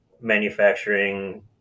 manufacturing